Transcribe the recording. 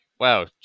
Wow